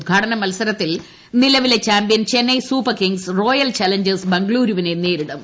ഉദ്ഘാടന മത്സരത്തിൽ നലവിലെ champion Chennai super kings royal challengers ബാംഗ്ലൂരിടുന ്നേരിടും